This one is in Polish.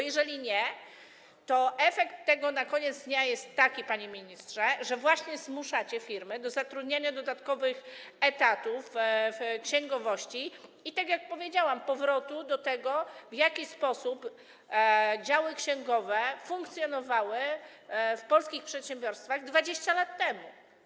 Jeżeli nie, to efekt tego na koniec dnia jest taki, panie ministrze, że właśnie zmuszacie firmy do zatrudniania, do dodatkowych etatów w księgowości i, tak jak powiedziałam, powrotu do tego, w jaki sposób działy księgowe funkcjonowały w polskich przedsiębiorstwach 20 lat temu.